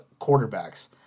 quarterbacks